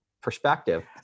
perspective